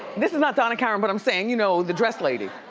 this is not donna karan, but i'm sayin', you know, the dress lady.